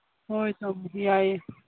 ꯑꯧ ꯌꯥꯏꯌꯦ